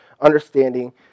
understanding